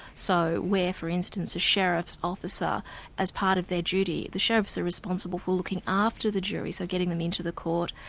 so where, for instance, a sheriff's officer as part of their duty the sheriffs are responsible for looking after the jury, so getting them into the court,